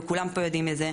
וכולם פה יודעים את זה,